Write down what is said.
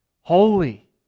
holy